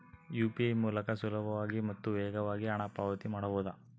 UPI ಮೂಲಕ ಸುಲಭವಾಗಿ ಮತ್ತು ವೇಗವಾಗಿ ಹಣ ಪಾವತಿ ಮಾಡಬಹುದಾ?